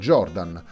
Jordan